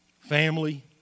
Family